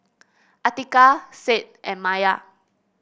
Atiqah Said and Maya